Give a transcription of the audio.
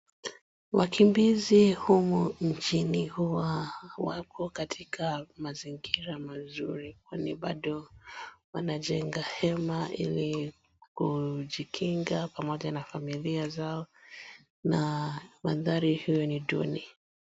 Wakimbizi humu nchini huwa wapo katika mazingira mazuri kwani wanajenga hema ili kujikinga pamoja na familia zao na mandhari iwe ni duni.